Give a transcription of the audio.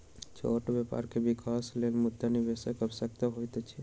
छोट व्यापार के विकासक लेल मुद्रा निवेशकक आवश्यकता होइत अछि